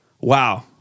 wow